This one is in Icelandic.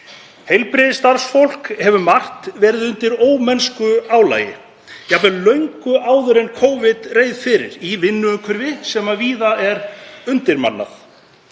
Heilbrigðisstarfsfólk hefur margt verið undir ómennsku álagi, jafnvel löngu áður en Covid reið yfir, í vinnuumhverfi sem víða er undirmannað.